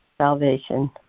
salvation